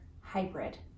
hybrid